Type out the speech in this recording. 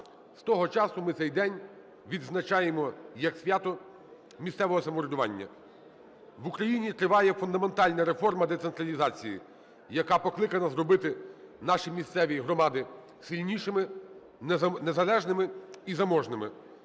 З того часу ми цей день відзначаємо як свято місцевого самоврядування. В Україні триває фундаментальна реформа децентралізації, яка покликана зробити наші місцеві громади сильнішими, незалежними і заможними.